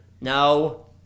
No